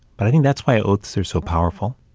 but i think that's why oaths are so powerful,